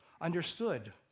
understood